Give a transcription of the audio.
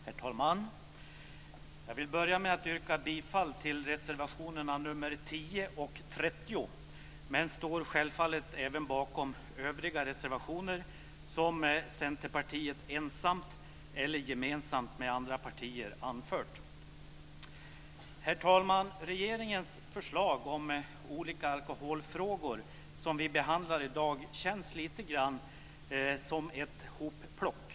Herr talman! Jag vill börja med att yrka bifall till reservationerna 10 och 30, men står självfallet även bakom övriga reservationer som Centerpartiet, ensamt eller gemensamt med andra partier, anfört. Herr talman! Regeringens förslag om olika alkoholfrågor, som vi behandlar i dag, känns lite grann som ett hopplock.